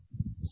67 34